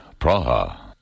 Praha